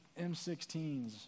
M16s